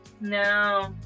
No